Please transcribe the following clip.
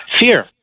Fear